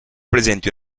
presenti